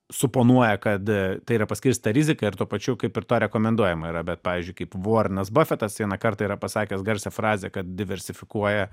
suponuoja kad tai yra paskirstyta rizika ir tuo pačiu kaip ir tuo rekomenduojama yra bet pavyzdžiui kaip vorenas bafetas vieną kartą yra pasakęs garsią frazę kad diversifikuoja